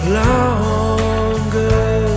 longer